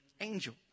angel